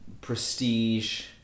prestige